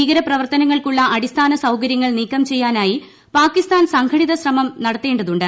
ഭീകര പ്രവർത്തനങ്ങൾക്കുള്ള അടിസ്ഥാന സൌകര്യങ്ങൾ നീക്കം ചെയ്യാനായി പാകിസ്ഥാൻ സംഘടിത ശ്രമം നടത്തേണ്ടതുണ്ട്